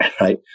right